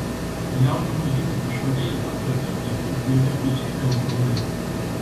pjaunama žydinti žolė antrą kartą po pjovimo atžėlę augalai